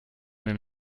même